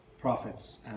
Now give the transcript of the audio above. prophets